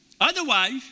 Otherwise